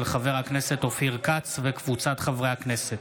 חבר הכנסת אופיר כץ וקבוצת חברי הכנסת.